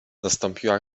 nastąpiła